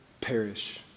perish